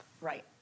Right